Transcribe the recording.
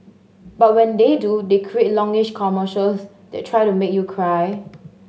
but when they do they create longish commercials that try to make you cry